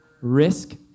Risk